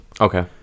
okay